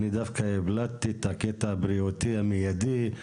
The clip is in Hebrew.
אני דווקא הבלטתי את הקטע הבריאותי המיידי,